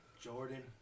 Jordan